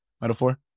metaphor